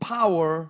power